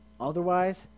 Otherwise